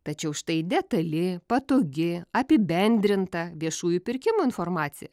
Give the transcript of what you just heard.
tačiau štai detali patogi apibendrinta viešųjų pirkimų informacija